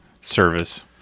service